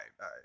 right